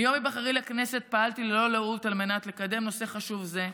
מיום היבחרי לכנסת פעלתי ללא לאות על מנת לקדם נושא חשוב זה.